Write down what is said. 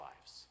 lives